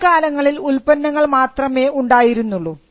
മുൻകാലങ്ങളിൽ ഉൽപ്പന്നങ്ങൾ മാത്രമേ ഉണ്ടായിരുന്നുള്ളൂ